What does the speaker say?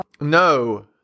No